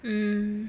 mm